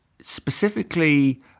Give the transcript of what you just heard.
specifically